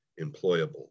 employable